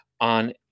on